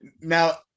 now